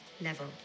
level